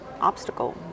obstacle